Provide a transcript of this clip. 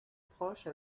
proche